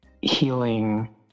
healing